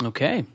Okay